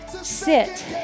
sit